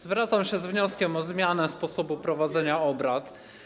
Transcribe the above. Zwracam się z wnioskiem o zmianę sposobu prowadzenia obrad.